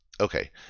Okay